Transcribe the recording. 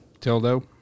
Tildo